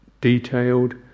detailed